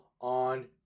on